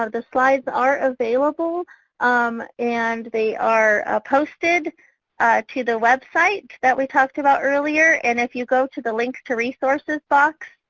ah the slides are available um and they are posted to the website that we talked about earlier. and if you go to the links, to resources box,